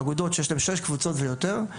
אגודות שיש להן שש קבוצות ויותר,